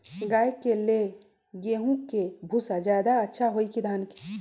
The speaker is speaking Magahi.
गाय के ले गेंहू के भूसा ज्यादा अच्छा होई की धान के?